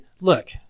look